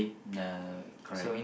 uh correct